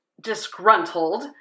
disgruntled